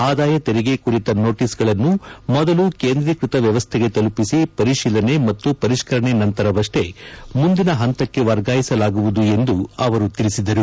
ಆದಾಯ ತೆರಿಗೆ ಕುರಿತ ನೋಟೀಸ್ಗಳನ್ನು ಮೊದಲು ಕೇಂದ್ರೀಕೃತ ವ್ಯವಸ್ಥೆಗೆ ತೆಲುಪಿಸಿ ಪರಿಶೀಲನೆ ಮತ್ತು ಪರಿಷ್ಕರಣೆ ನಂತರವಷ್ಟೇ ಮುಂದಿನ ಹಂತಕ್ಕೆ ವರ್ಗಾಯಿಸಲಾಗುವುದು ಎಂದು ಅವರು ತಿಳಿಸಿದರು